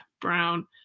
brown